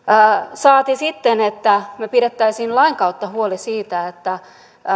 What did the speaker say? saati sitten että me pitäisimme lain kautta huolen siitä että